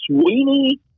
Sweeney